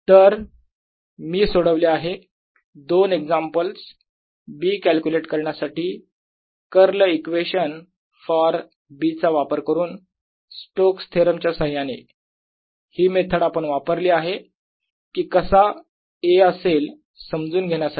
As 0I2πlns z तर मी सोडवले आहे दोन एक्झामपल्स B कॅल्क्युलेट करण्यासाठी कर्ल इक्वेशन फॉर B चा वापर करून स्टोक्स थेरम च्या साह्याने ही मेथड आपण वापरली आहे की कसा A असेल समजून घेण्यासाठी